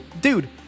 Dude